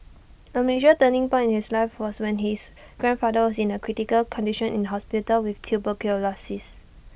A major turning point in his life was when his grandfather was in A critical condition in hospital with tuberculosis